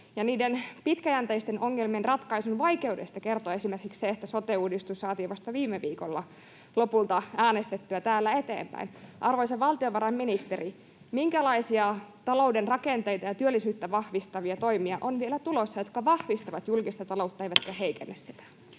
Niiden pitkäjänteisten ongelmien ratkaisun vaikeudesta kertoo esimerkiksi se, että sote-uudistus saatiin vasta viime viikolla lopulta äänestettyä täällä eteenpäin. Arvoisa valtiovarainministeri, minkälaisia talouden rakenteita ja työllisyyttä vahvistavia toimia on vielä tulossa, jotka vahvistavat julkista taloutta eivätkä heikennä sitä?